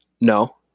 No